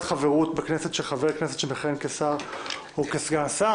חברות בכנסת של ח"כ המכהן כשר או כסגן שר (פ/869/23).